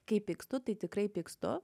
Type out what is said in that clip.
kai pykstu tai tikrai pykstu